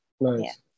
Nice